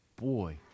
boy